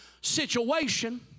situation